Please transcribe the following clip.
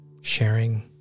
sharing